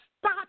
stop